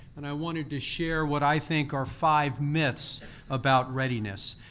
and i wanted to share what i think are five myths about readiness.